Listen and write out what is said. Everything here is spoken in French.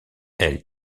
elle